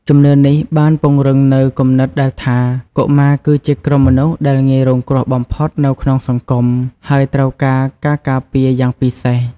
ជំនឿនេះបានពង្រឹងនូវគំនិតដែលថា កុមារគឺជាក្រុមមនុស្សដែលងាយរងគ្រោះបំផុតនៅក្នុងសង្គម ហើយត្រូវការការការពារយ៉ាងពិសេស។